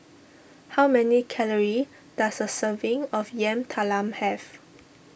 how many calories does a serving of Yam Talam have